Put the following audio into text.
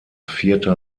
vierter